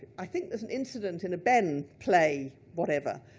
i think there's an incident in a behn play, whatever.